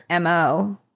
MO